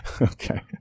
Okay